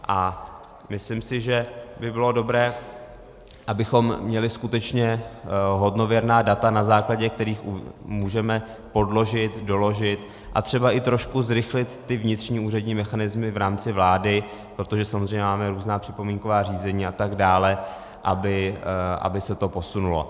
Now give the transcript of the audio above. A myslím si, že by bylo dobré, abychom měli skutečně hodnověrná data, na základě kterých můžeme podložit, doložit a třeba i trošku zrychlit ty vnitřní úřední mechanismy v rámci vlády, protože samozřejmě máme různá připomínková řízení a tak dále, aby se to posunulo.